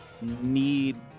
need